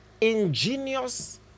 ingenious